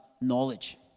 knowledge